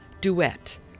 Duet